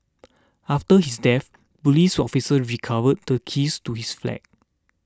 after his death police officers recovered the keys to his flat